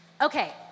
Okay